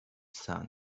sun